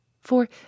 for